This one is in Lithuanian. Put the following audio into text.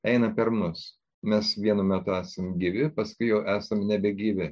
eina per mus mes vienu metu esam gyvi paskui jau esam nebegyvi